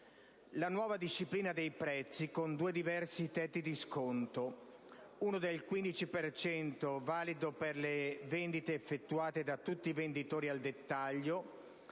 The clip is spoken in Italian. la nuova disciplina dei prezzi, con due diversi tetti di sconto: uno del 15 per cento, valido per le vendite effettuate da tutti i venditori al dettaglio,